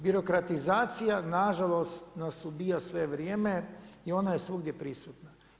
Birokratizacija nažalost nas ubija sve vrijeme i ona je svugdje prisutna.